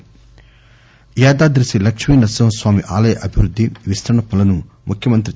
కెసిఆర్ యాదాద్రి శ్రీ లక్ష్మీ నరసింహస్వామి ఆలయ అభివృద్ది విస్తరణ పనులను ముఖ్యమంత్రి కె